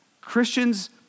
Christians